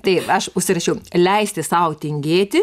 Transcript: tai aš užsirašiau leisti sau tingėti